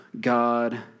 God